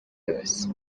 yose